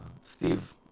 Steve